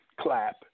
clap